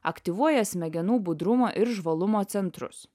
aktyvuoja smegenų budrumą ir žvalumo centrus